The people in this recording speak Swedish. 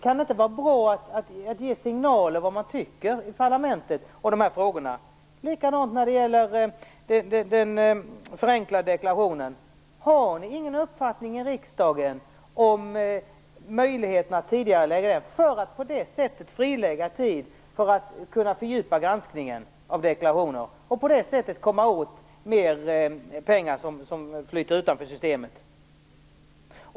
Kan det inte vara bra att ge signaler om vad man tycker i parlamentet om de här frågorna? Det är likadant när det gäller den förenklade deklarationen. Har socialdemokraterna i riksdagen ingen uppfattning om möjligheten att tidigarelägga genomförandet av den för att på det sättet frilägga tid för att kunna fördjupa granskningen av deklarationer och på det sättet komma åt mer pengar som flyter utanför systemet?